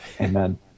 Amen